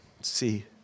see